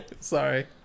Sorry